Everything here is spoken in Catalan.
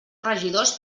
regidors